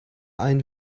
ein